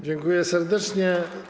Dziękuję serdecznie.